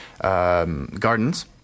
Gardens